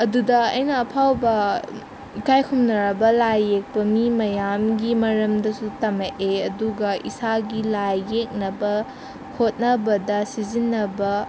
ꯑꯗꯨꯗ ꯑꯩꯅ ꯑꯐꯥꯎꯕ ꯏꯀꯥꯏ ꯈꯨꯝꯅꯔꯕ ꯂꯥꯏ ꯌꯦꯛꯄ ꯃꯤ ꯃꯌꯥꯝꯒꯤ ꯃꯔꯝꯗꯁꯨ ꯇꯝꯃꯛꯑꯦ ꯑꯗꯨꯒ ꯏꯁꯥꯒꯤ ꯂꯥꯏ ꯌꯦꯛꯅꯕ ꯍꯣꯠꯅꯕꯗ ꯁꯤꯖꯤꯟꯅꯕ